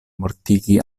mortigi